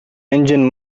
engine